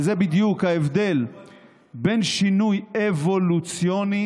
וזה בדיוק ההבדל בין שינוי אבולוציוני